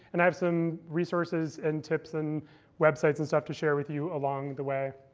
and have some resources, and tips, and websites, and stuff to share with you along the way.